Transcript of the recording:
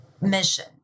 mission